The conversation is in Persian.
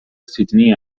سیدنی